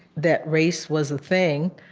that race was a thing,